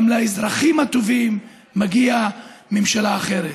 גם לאזרחים הטובים מגיעה ממשלה אחרת.